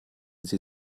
sie